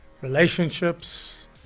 relationships